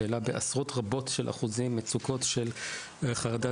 שהעלה בעשרות רבות של אחוזים מצוקות של חרדה,